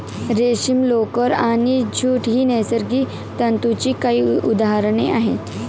रेशीम, लोकर आणि ज्यूट ही नैसर्गिक तंतूंची काही उदाहरणे आहेत